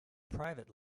private